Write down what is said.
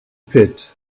pit